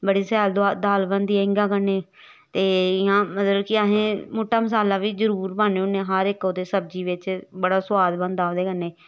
बड़ी शैल दआ दाल बनदी ऐ हिंगा कन्नै ते इ'यां मतलब कि असें मुट्टा मसाला बी जरूर पान्ने होन्ने हर इक ओह्दे सब्जी बिच्च बड़ा सोआद बनदा ओह्दे कन्नै